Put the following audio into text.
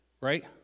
right